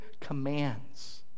commands